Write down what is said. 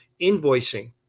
invoicing